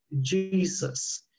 Jesus